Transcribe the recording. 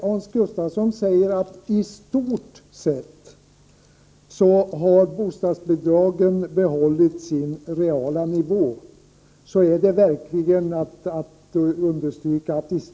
Hans Gustafsson säger att bostadsbidragen i stort sett har behållit sin reala nivå, och då måste verkligen ”i stort sett” understrykas.